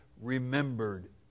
remembered